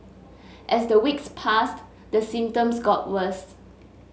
as the weeks passed the symptoms got worse